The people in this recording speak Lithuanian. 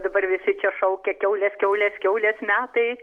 dabar visi čia šaukia kiaulės kiaulės kiaulės metai